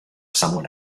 someone